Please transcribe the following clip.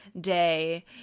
Day